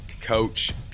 Coach